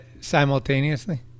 simultaneously